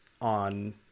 on